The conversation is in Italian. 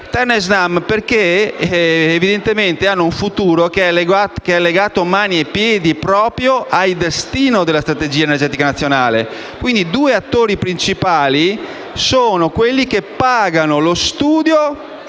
Terna e Snam perché, evidentemente, hanno un futuro legato mani e piedi proprio al destino della strategia energetica nazionale. Quindi, i due attori principali sono quelli che pagano lo studio